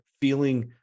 feeling